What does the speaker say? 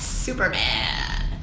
Superman